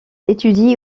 étudie